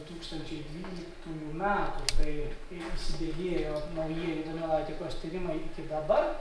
tūkstančiai dvyliktųjų metų kai į įsibėgėjo naujieji donelaitikos tyrimai iki dabar